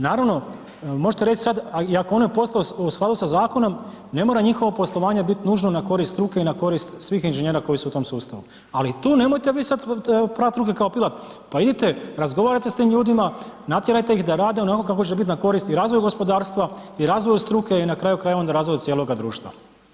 Naravno, možete reći sad iako u onoj ... u skladu sa zakonom, ne mora njihovo poslovanje biti nužno na korist struke i na korist svih inženjera koji su u tom sustavu, ali tu nemojte vi sad prat ruke kao Pilat, pa idite, razgovarajte s tim ljudima, natjerajte ih da rade onako kako će biti na korist i razvoju gospodarstva i razvoju struke i na kraju krajeva onda razvoju cijeloga društva.